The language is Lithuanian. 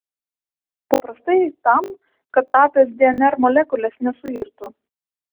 paprastai tam kad trapios dnr molekulės nesuirtų